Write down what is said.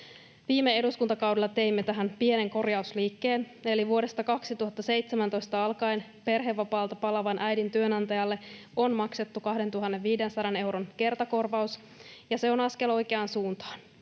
Viime eduskuntakaudella teimme tähän pienen korjausliikkeen, eli vuodesta 2017 alkaen perhevapaalta palaavan äidin työnantajalle on maksettu 2 500 euron kertakorvaus, ja se on askel oikeaan suuntaan.